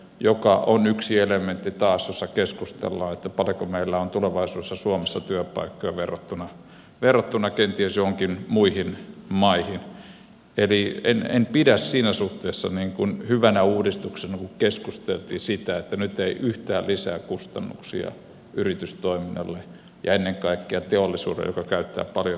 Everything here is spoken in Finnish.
tämä on yksi elementti taas josta keskustellaan että paljonko meillä on tulevaisuudessa suomessa työpaikkoja verrattuna kenties joihinkin muihin maihin eli en pidä siinä suhteessa hyvänä uudistuksena kun keskusteltiin siitä että nyt ei yhtään lisää kustannuksia yritystoiminnalle ja ennen kaikkea teollisuudelle joka käyttää paljon energiaa